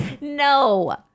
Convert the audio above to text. No